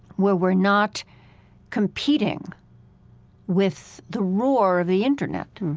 where we're not competing with the roar of the internet